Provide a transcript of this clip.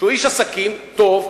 שהוא איש עסקים טוב,